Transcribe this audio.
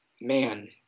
man